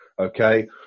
Okay